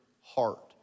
heart